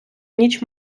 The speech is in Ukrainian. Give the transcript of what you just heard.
ніч